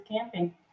camping